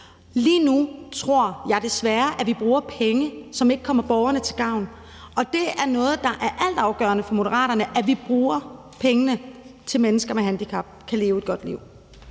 Lige nu tror jeg desværre, at vi bruger penge, som ikke kommer borgerne til gavn. Og det er noget, der er altafgørende for Moderaterne, altså at vi bruger pengene til, at mennesker med handicap kan leve et godt liv.